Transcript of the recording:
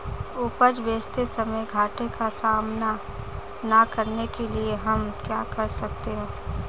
उपज बेचते समय घाटे का सामना न करने के लिए हम क्या कर सकते हैं?